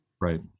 Right